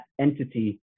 entity